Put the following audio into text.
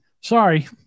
Sorry